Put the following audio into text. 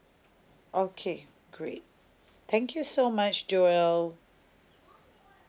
okay great thank you so much jobelle